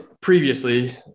previously